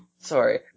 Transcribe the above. Sorry